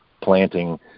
planting